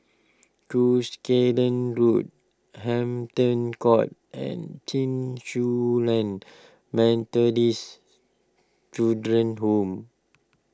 Cuscaden Road Hampton Court and Chen Su Lan Methodist Children's Home